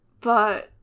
but-